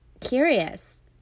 curious